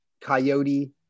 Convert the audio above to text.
Coyote